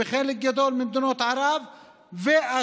וחלק גדול ממדינות ערב ואש"ף,